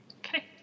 Okay